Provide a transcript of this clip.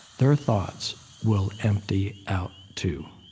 their thoughts will empty out too.